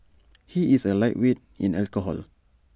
he is A lightweight in alcohol